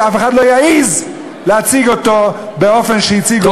שאף אחד לא יעז להציג אותו באופן שהציגו אותו,